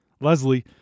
Leslie